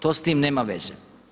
To s tim nema veze.